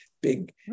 big